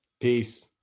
Peace